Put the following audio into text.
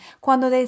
cuando